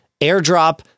AirDrop